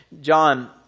John